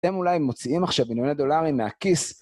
אתם אולי מוציאים עכשיו ענייני דולרים מהכיס?